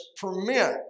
permit